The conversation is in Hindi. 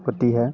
होती है